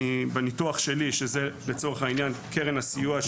בניתוח שלי זה לצורך העניין קרן הסיוע,